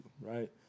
right